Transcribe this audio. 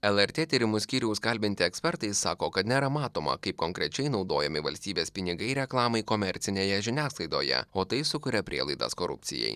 lrt tyrimų skyriaus kalbinti ekspertai sako kad nėra matoma kaip konkrečiai naudojami valstybės pinigai reklamai komercinėje žiniasklaidoje o tai sukuria prielaidas korupcijai